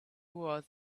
was